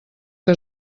que